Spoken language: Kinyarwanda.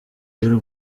y’u